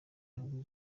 nyungu